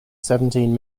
seventeen